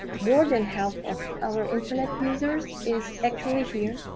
more than half of our internet users is actually here,